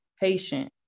patient